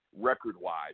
record-wise